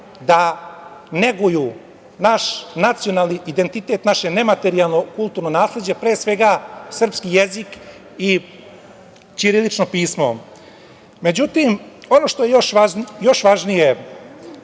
da neguju naš nacionalni identitet, naše nematerijalno kulturno nasleđe, pre svega srpski jezik i ćirilično pismo.Međutim, ono što je još važnije